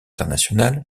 internationales